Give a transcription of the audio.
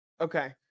Okay